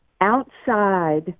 outside